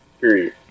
Period